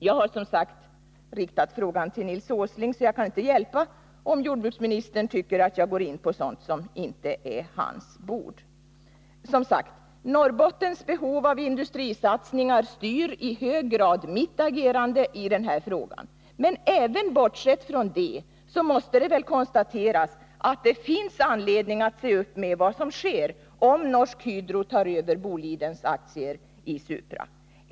— Jag har som sagt riktat min fråga till Nils Åsling, så det kan inte hjälpas om jordbruksministern tycker att jag går in på sådant som inte så att säga tillhör hans bord. Norrbottens behov av industrisatsningar styr i hög grad mitt agerande i den här frågan. Men även bortsett från detta måste det väl konstateras att det finns anledning att se upp med vad som sker, om Norsk Hydro tar över Bolidens aktier i Supra.